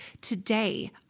today